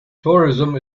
tourism